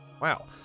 Wow